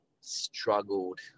struggled